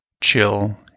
chill